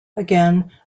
again